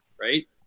right